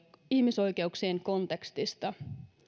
ihmisoikeuksien kontekstista